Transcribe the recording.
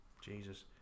Jesus